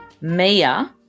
Mia